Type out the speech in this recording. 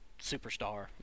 superstar